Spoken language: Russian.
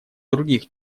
других